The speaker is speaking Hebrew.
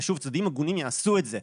ושוב, צדדים הגונים יעשו את זה.